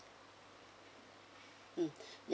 mm ya